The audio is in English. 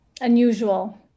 unusual